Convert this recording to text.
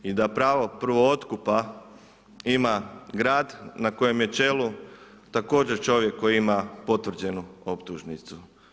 I da pravo prvog otkupa ima grad na kojem je čelu također čovjek koji ima potvrđenu optužnicu.